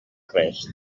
res